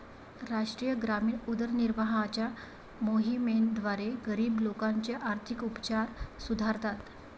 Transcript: राष्ट्रीय ग्रामीण उदरनिर्वाहाच्या मोहिमेद्वारे, गरीब लोकांचे आर्थिक उपचार सुधारतात